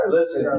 Listen